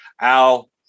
Al